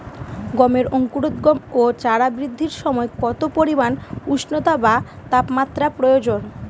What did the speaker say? গমের অঙ্কুরোদগম ও চারা বৃদ্ধির সময় কত পরিমান উষ্ণতা বা তাপমাত্রা প্রয়োজন?